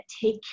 take